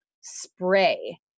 spray